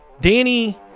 Danny